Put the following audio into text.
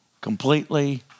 completely